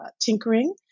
tinkering